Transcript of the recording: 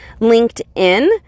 LinkedIn